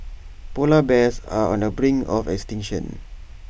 Polar Bears are on the brink of extinction